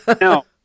No